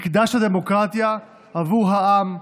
מקדש הדמוקרטיה בעבור העם,